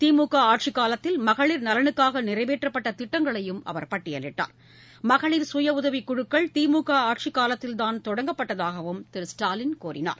திமுகஆட்சிக் மகளிர் நலனுக்காகநிறைவேற்றப்பட்டதிட்டங்களையும் அவர் பட்டியலிட்டார்மகளிர் சுயஉதவிக் குழுக்கள் திமுகஆட்சிக் காலத்தில்தாள் தொடங்கப்பட்டதாகவும் திரு ஸ்டாலின் கூறினார்